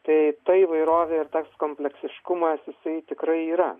tai ta įvairovė ir tas kompleksiškumas jisai tikrai yra